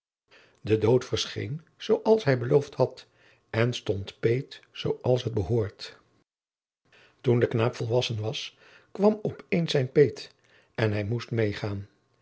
de dood verscheen zooals hij beloofd had en stond peet zooals het behoort toen de knaap volwassen was kwam op eens zijn peet en hij moest meêgaan